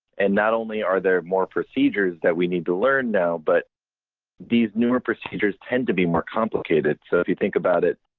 and not only are there more procedures that we need to learn now but these newer procedures tend to be more complicated. so if you think about it,